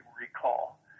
recall